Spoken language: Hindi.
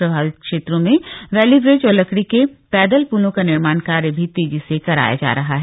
प्रभावित क्षेत्रों में वैलीब्रिज और लकड़ी के पैदल प्लों का निर्माण कार्य भी तेजी से कराया जा रहा है